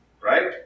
right